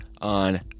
on